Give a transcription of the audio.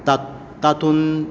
तात तातुंत